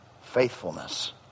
faithfulness